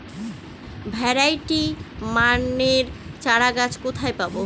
Variety মানের চারাগাছ কোথায় পাবো?